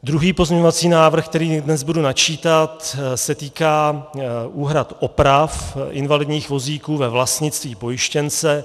Druhý pozměňovací návrh, který dnes budu načítat, se týká úhrad oprav invalidních vozíků ve vlastnictví pojištěnce.